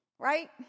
Right